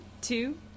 two